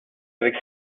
avec